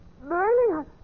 burning